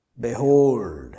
Behold